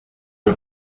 the